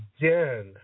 again